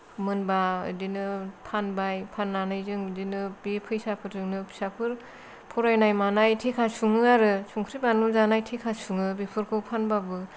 मोनबा बिदिनो फानबाय फाननानै जों बिदिनो बे फैसाफोरजोंनो फिसाफोर फरायनाय मानाय थेखा सुङो आरो संख्रि बानलु जानाय थेखा सुङो बेफोरखौ फानबाबो